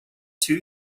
two